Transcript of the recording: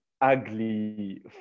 ugly